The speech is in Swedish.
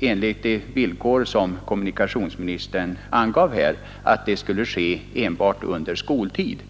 enligt de villkor som kommunikationsministern angav här, alltså postbefordran enbart under skoltid.